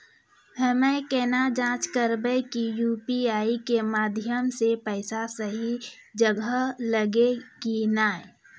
हम्मय केना जाँच करबै की यु.पी.आई के माध्यम से पैसा सही जगह गेलै की नैय?